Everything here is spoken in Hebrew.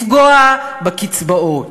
לפגוע בקצבאות,